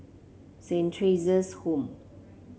Saint Theresa's Home